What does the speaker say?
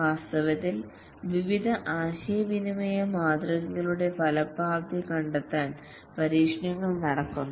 വാസ്തവത്തിൽ വിവിധ ആശയവിനിമയ മാതൃകകളുടെ ഫലപ്രാപ്തി കണ്ടെത്താൻ പരീക്ഷണങ്ങൾ നടക്കുന്നു